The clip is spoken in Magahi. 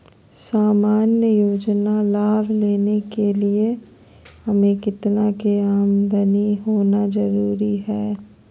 सामान्य योजना लाभ लेने के लिए हमें कितना के आमदनी होना जरूरी है?